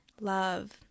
Love